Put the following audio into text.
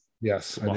Yes